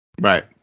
right